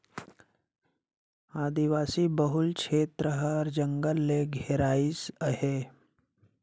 आदिवासी बहुल छेत्र हर जंगल ले घेराइस अहे